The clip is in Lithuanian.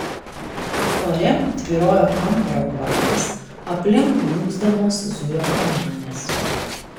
ore tvyrojo kamparo kvapas aplink dūgzdamos zujo kamanės